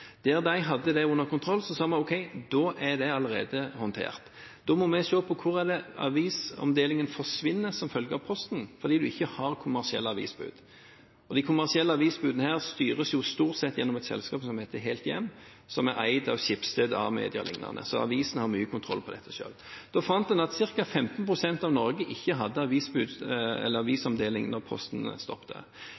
Der de hadde det under kontroll, sa vi OK, da er det allerede håndtert. Da måtte vi se hvor avisomdelingen forsvinner som følge av Posten – fordi en ikke har kommersielle avisbud. De kommersielle avisbudene styres stort sett gjennom et selskap som heter Helthjem, som er eid av Schibsted, Amedia og liknende, så avisene har mye av kontrollen med dette selv. En fant da ut at ca. 15 pst. av Norge ikke hadde